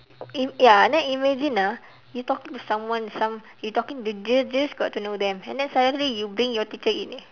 it ya then imagine ah you talking to someone some you talking you just just got to know them and then suddenly you bring your teacher in eh